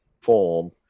form